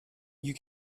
you